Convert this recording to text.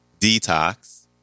Detox